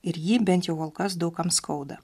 ir jį bent jau kol kas daug kam skauda